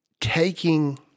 taking